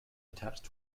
attached